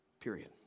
period